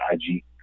IG